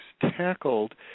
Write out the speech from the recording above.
tackled